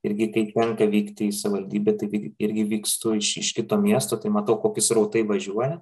irgi kai tenka vykti į savivaldybę tai irgi vykstu iš kito miesto tai matau kokius srautai važiuoja